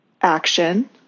action